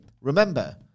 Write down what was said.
remember